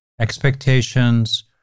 expectations